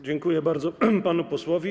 Dziękuję bardzo panu posłowi.